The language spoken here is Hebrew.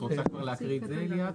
את רוצה כבר להקריא את זה ליאת?